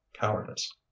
cowardice